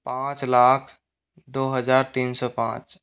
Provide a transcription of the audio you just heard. पाँच लाख दो हजार तीन सौ पाँच